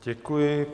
Děkuji.